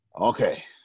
Okay